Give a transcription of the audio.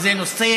שזה נושא